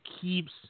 keeps